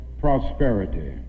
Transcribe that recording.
prosperity